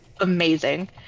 Amazing